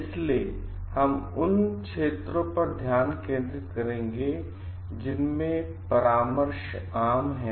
इसलिए हम उन क्षेत्रों पर ध्यान केंद्रित करेंगे जिनमें परामर्श आम हैं